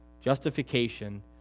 Justification